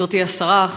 גברתי השרה,